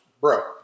Bro